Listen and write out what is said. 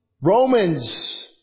Romans